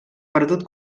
perdut